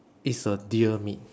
is a deer meat